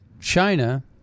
China